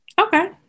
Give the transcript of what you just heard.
okay